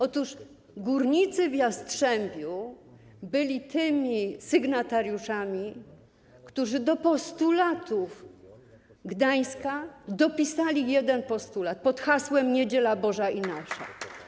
Otóż górnicy w Jastrzębiu byli tymi sygnatariuszami, którzy do postulatów Gdańska dopisali jeden postulat pod hasłem: niedziela Boża i nasza.